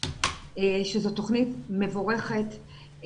שזו תוכנית מבורכת.